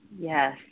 Yes